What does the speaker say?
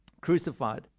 crucified